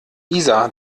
isa